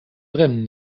brennen